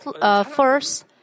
first